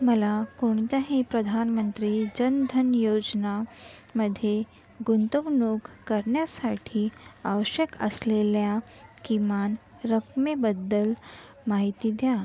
मला कोणत्याही प्रधानमंत्री जन धन योजना मध्ये गुंतवणूक करण्यासाठी आवश्यक असलेल्या किमान रकमेबद्दल माहिती द्या